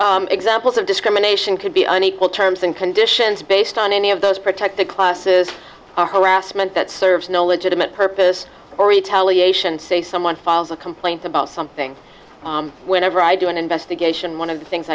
there examples of discrimination could be unequal terms and in dish and based on any of those protected classes or harassment that serves no legitimate purpose or retaliation say someone files a complaint about something whenever i do an investigation one of the things